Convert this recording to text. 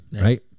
right